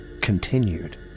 continued